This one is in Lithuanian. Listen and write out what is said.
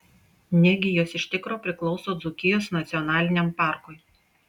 negi jos iš tikro priklauso dzūkijos nacionaliniam parkui